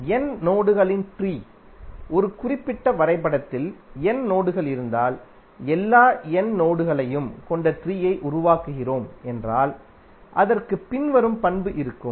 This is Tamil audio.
N நோடுகளின் ட்ரீ ஒரு குறிப்பிட்ட வரைபடத்தில் n நோடுகள் இருந்தால் எல்லா n நோடுகளையும் கொண்ட ட்ரீயை உருவாக்குகிறோம் என்றால் அதற்கு பின்வரும் பண்பு இருக்கும்